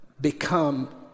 become